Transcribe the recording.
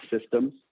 systems